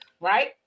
right